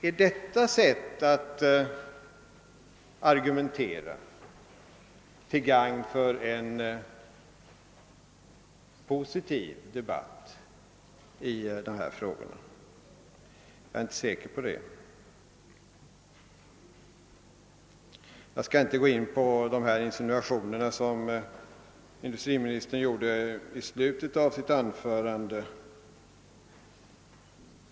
är detta sätt att argumentera till gagn för en positiv debatt i dessa frågor? Jag är inte säker på det. Jag skall inte gå in på de insinuationer industriministern gjorde i slutet av sitt anförande.